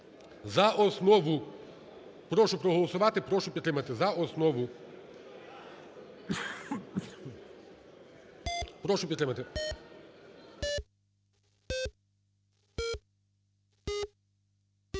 за основу. Прошу проголосувати, прошу підтримати, за основу. Прошу підтримати.